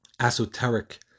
esoteric